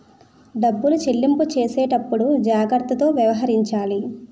డబ్బులు చెల్లింపు చేసేటప్పుడు జాగ్రత్తతో వ్యవహరించాలి